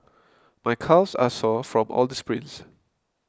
my calves are sore from all the sprints